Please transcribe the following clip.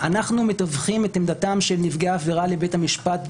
אנחנו מתווכים את עמדתם של נפגעי העבירה לבית המשפט,